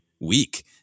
weak